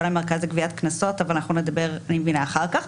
המרכז לגביית קנסות אבל אני מבינה שאנחנו נדבר על כך אחר כך.